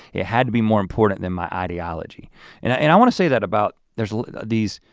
it had to be more important than my ideology and i and i wanna say that about, there's these